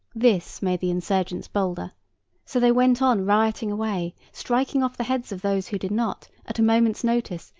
this made the insurgents bolder so they went on rioting away, striking off the heads of those who did not, at a moment's notice,